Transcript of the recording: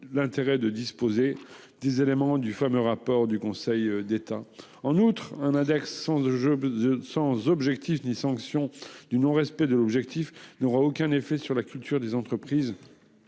l'intérêt de disposer des éléments du fameux rapport du Conseil d'État en outre un index de jeu. Sans objectif ni sanction du non respect de l'objectif n'aura aucun effet sur la culture des entreprises.